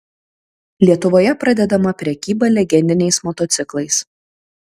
lietuvoje pradedama prekyba legendiniais motociklais